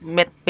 Met